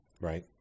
Right